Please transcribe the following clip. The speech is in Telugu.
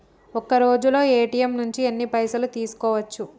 ఒక్కరోజులో ఏ.టి.ఎమ్ నుంచి ఎన్ని పైసలు తీసుకోవచ్చు?